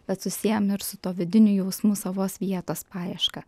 bet susiejam ir su tuo vidiniu jausmu savo vietos paieška